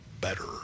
better